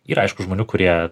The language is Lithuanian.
yra aišku žmonių kurie